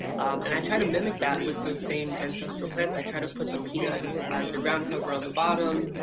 and i try to mimic that with those same ancestral plants. i try to put the peanuts as the ground cover on the bottom,